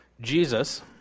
Jesus